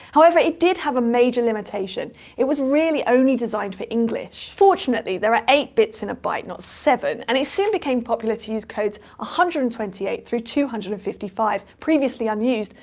however, it did have a major limitation it was really only designed for english. fortunately, there are eight bits in a byte, not seven, and it soon became popular to use codes one ah hundred and twenty eight through two hundred and fifty five, previously unused,